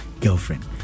girlfriend